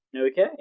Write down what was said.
Okay